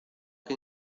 que